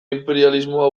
inperialismoa